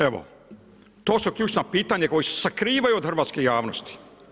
Evo, to su ključna pitanja koja se sakrivaju od hrvatske javnosti.